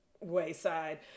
wayside